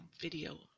video